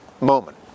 moment